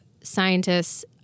scientists